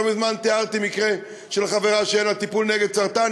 לא מזמן תיארתי מקרה של חברה שאין לה טיפול נגד סרטן,